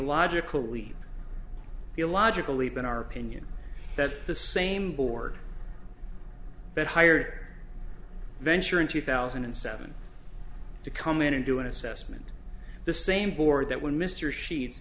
illogical leave illogical leap in our opinion that the same board that hired venture in two thousand and seven to come in and do an assessment the same board that when mr sheets